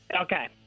Okay